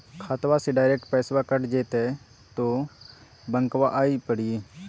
खाताबा से डायरेक्ट पैसबा कट जयते बोया बंकबा आए परी?